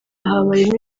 habayemo